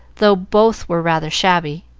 though both were rather shabby.